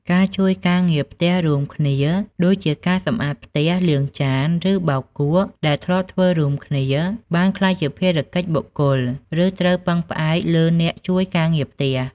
ការជួយការងារផ្ទះរួមគ្នា ដូចជាការសម្អាតផ្ទះ លាងចាន ឬបោកគក់ ដែលធ្លាប់ធ្វើរួមគ្នា បានក្លាយជាភារកិច្ចបុគ្គល ឬត្រូវពឹងលើអ្នកជួយការងារផ្ទះ។